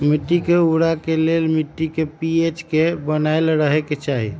मिट्टी के उर्वरता के लेल मिट्टी के पी.एच के बनाएल रखे के चाहि